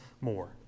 more